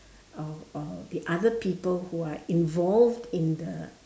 uh uh the other people who are involved in the